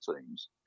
teams